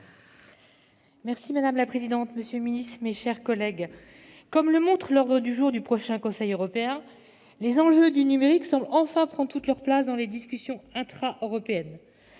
Madame la présidente, monsieur le secrétaire d'État, mes chers collègues, comme le montre l'ordre du jour du prochain Conseil européen, les enjeux du numérique semblent enfin prendre toute leur place dans les discussions intraeuropéennes.